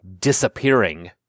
disappearing